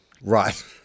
Right